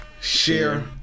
share